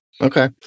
Okay